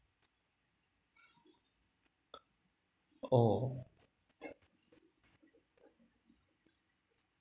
oh